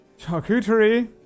charcuterie